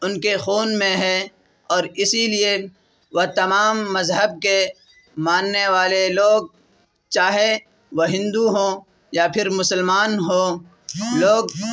ان کے خون میں ہے اور اسی لیے وہ تمام مذہب کے ماننے والے لوگ چاہے وہ ہندو ہوں یا پھر مسلمان ہوں لوگ